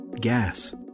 gas